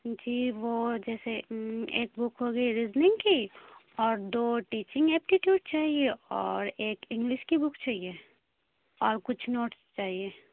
جی وہ جیسے ایک بک ہو گئی ریزننگ کی اور دو ٹیچنگ اپٹیٹیوٹ چاہیے اور ایک انگلش کی بک چاہیے اور کچھ نوٹس چاہیے